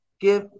give